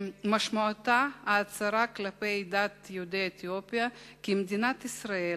משמעותה הצהרה כלפי עדת יהודי אתיופיה כי מדינת ישראל